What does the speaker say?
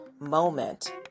moment